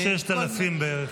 6,000 בערך.